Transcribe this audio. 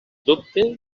dubte